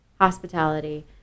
hospitality